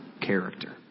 character